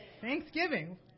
Thanksgiving